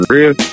real